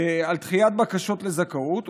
על דחיית בקשות לזכאות,